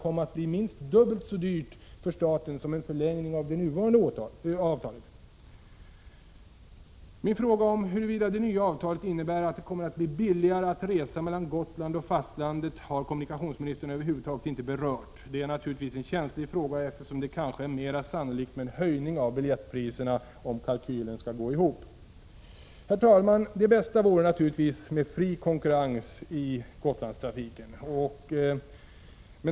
Min fråga om huruvida det nya avtalet innebär att det kommer att bli billigare att resa mellan Gotland och fastlandet har kommunikationsministern över huvud taget inte berört. Det är naturligtvis en känslig fråga, eftersom det kanske är mera sannolikt med en höjning av biljettpriserna om kalkylen skall gå ihop. Herr talman! Det bästa vore naturligtvis fri konkurrens i Gotlandstrafiken.